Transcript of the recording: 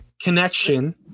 connection